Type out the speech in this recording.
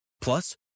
Plus